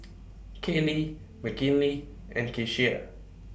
Kaylie Mckinley and Keshia